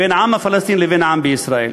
בין העם הפלסטיני לבין העם בישראל.